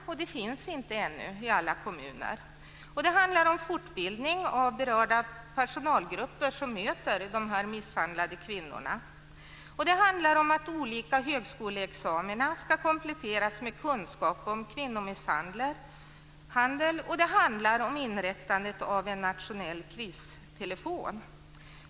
Sådana finns ännu inte i alla kommuner. Det handlar om fortbildning av berörda personalgrupper som möter de misshandlade kvinnorna. Det handlar om att olika högskoleexamina ska kompletteras med kunskap om kvinnomisshandel. Det handlar om inrättandet av en nationell kristelefon.